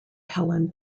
helen